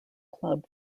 club